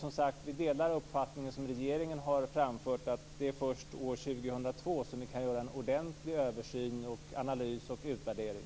Vi delar uppfattningen som regeringen har framfört att det är först år 2002 som vi kan göra en ordentlig översyn, analys och utvärdering.